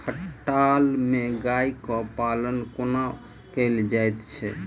खटाल मे गाय केँ पालन कोना कैल जाय छै?